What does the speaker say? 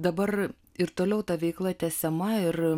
dabar ir toliau ta veikla tęsiama ir